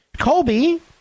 Colby